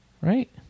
right